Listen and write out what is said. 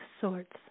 sorts